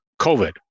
COVID